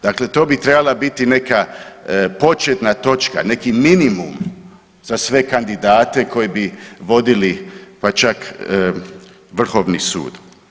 Dakle, to bi trebala biti neka početna točka, neki minimum za sve kandidate koji bi vodili pa čak Vrhovni sud.